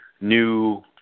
new